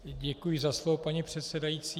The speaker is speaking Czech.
Děkuji za slovo, paní předsedající.